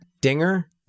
Dinger